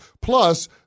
Plus